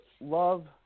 love –